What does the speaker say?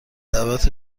دعوت